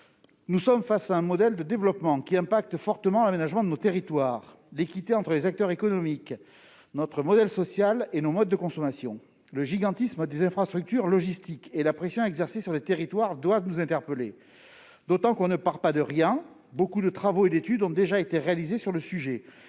Nous sommes face à un modèle de développement qui influence directement l'aménagement de nos territoires, l'équité entre les acteurs économiques, notre modèle social et nos modes de consommation. Le gigantisme des infrastructures logistiques et la pression exercée sur les territoires doivent nous interpeller, d'autant que nous ne partons pas de rien : de nombreux travaux et études ont déjà été réalisés sur le sujet.